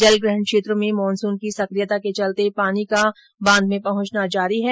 जलग्रहण क्षेत्रों में मानसून की सक्रियता के चलर्त पानी का बांध में पहंचना जारी है